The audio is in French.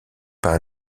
par